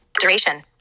duration